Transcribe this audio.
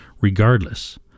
Regardless